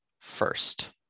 first